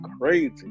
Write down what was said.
crazy